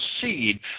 seed